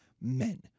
men